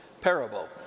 parable